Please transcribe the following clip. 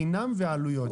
חינם ועלויות.